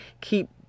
Keep